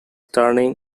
turning